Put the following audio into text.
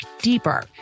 deeper